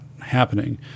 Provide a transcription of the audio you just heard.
happening